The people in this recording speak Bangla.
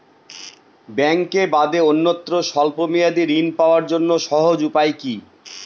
ব্যাঙ্কে বাদে অন্যত্র স্বল্প মেয়াদি ঋণ পাওয়ার জন্য সহজ উপায় কি?